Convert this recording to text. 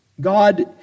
God